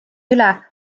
üle